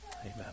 Amen